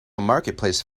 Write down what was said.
marketplace